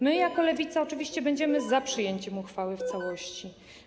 My jako Lewica oczywiście będziemy za przyjęciem uchwały w całości.